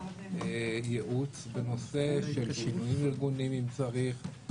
ייעוץ בנושא של שינויים ארגוניים אם צריך.